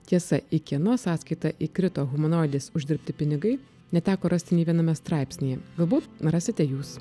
tiesa į kieno sąskaitą įkrito humanoidės uždirbti pinigai neteko rasti nė viename straipsnyje galbūt rasite jūs